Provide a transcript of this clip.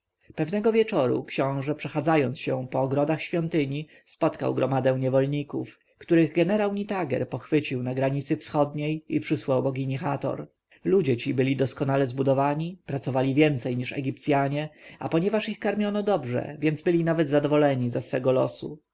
pewnego wieczora książę przechadzając się po ogrodach świątyni spotkał gromadę niewolników których jenerał nitager pochwycił na granicy wschodniej i przysłał bogini hator ludzie ci byli doskonale zbudowani pracowali więcej niż egipcjanie a ponieważ ich karmiono dobrze więc byli nawet zadowoleni ze swego losu